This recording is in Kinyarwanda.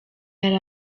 yari